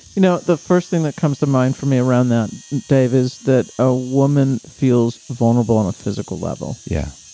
you know the first thing that comes to mind for me around that, dave is that a woman feels vulnerable on a physical level yeah,